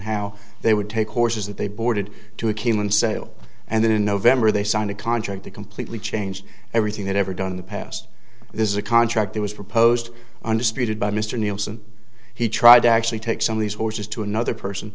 how they would take horses that they boarded to a cayman sale and then in november they signed a contract to completely change everything that ever done in the past this is a contract that was proposed undisputed by mr nielsen he tried to actually take some of these horses to another person